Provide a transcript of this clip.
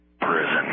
Prison